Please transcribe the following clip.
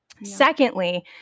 Secondly